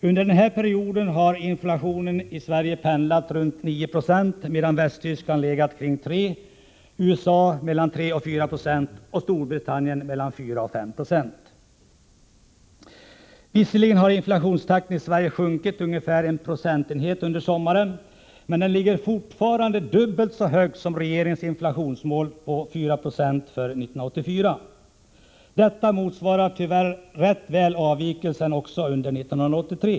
Under den här perioden har inflationen i Sverige pendlat runt 9 20, medan den i Västtyskland legat kring 3 26, i USA mellan 3 och 4 46 och i Storbritannien mellan 4 och 5 96. Visserligen har inflationstakten i Sverige sjunkit med ungefär en procentenhet under sommaren, men inflationen ligger fortfarande dubbelt så högt som regeringens inflationsmål på 4 26 för 1984. Detta motsvarar tyvärr rätt väl avvikelsen också under 1983.